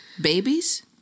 Babies